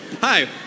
Hi